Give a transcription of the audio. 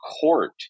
court